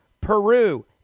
Peru